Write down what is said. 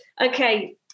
Okay